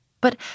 But